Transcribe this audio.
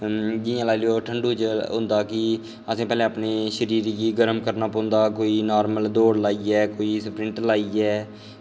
जि'यां लाई लैओ कि ठंडू च होंदा कि असें पैह्ले अपने शरीर गी गर्म करना पौंदा कोई नार्मल दौड़ लाइयै कोई सप्रिंट लाइयै